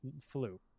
flu